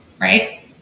right